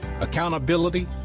accountability